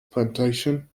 plantation